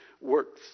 work